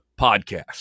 Podcast